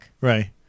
Right